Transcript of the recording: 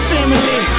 Family